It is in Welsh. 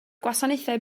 gwasanaethau